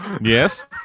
Yes